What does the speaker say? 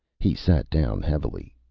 he sat down heavily.